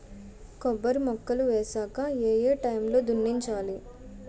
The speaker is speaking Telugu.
కొబ్బరి మొక్కలు వేసాక ఏ ఏ టైమ్ లో దున్నించాలి?